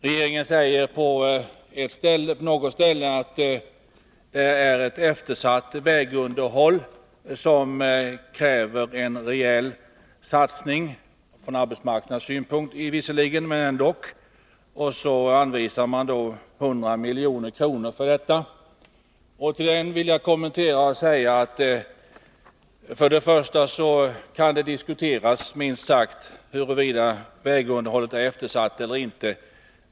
Regeringen säger på något ställe att vägunderhållet är eftersatt och att det kräver en rejäl satsning — visserligen från arbetsmarknadssynpunkt, men ändå. Så anvisar man 100 milj.kr. till detta ändamål. Jag vill göra den kommentaren att det för det första kan diskuteras, minst sagt, huruvida vägunderhållet är eftersatt eller inte.